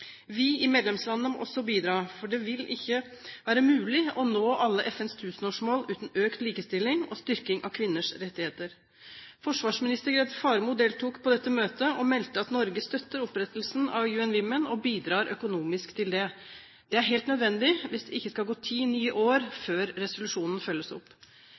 Vi i medlemslandene må også bidra, for det vil ikke være mulig å nå alle FNs tusenårsmål uten økt likestilling og styrking av kvinners rettigheter. Forsvarsminister Grete Faremo deltok på dette møtet og meldte at Norge støtter opprettelsen av UN Women og bidrar økonomisk til det. Det er helt nødvendig hvis det ikke skal gå ti nye år før resolusjonen følges opp.